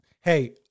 Hey